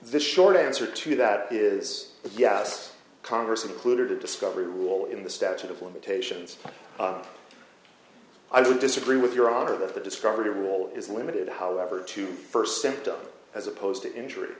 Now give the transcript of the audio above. the short answer to that is yes congress included a discovery rule in the statute of limitations i would disagree with your honor that the discovery rule is limited however to first symptom as opposed to injury